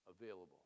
available